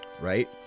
right